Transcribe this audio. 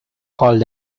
called